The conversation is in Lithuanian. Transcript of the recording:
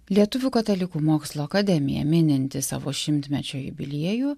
lietuvių katalikų mokslo akademija mininti savo šimtmečio jubiliejų